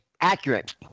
accurate